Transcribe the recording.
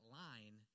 line